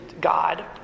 God